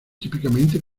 típicamente